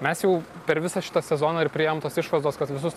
mes jau per visą šitą sezoną ir priėjom tos išvados kad visus